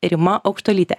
rima aukštuolytė